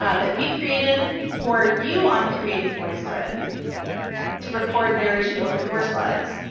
ah that we created for you on creating voicethread to record narration over your slides.